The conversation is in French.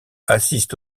assiste